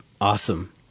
awesome